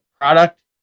product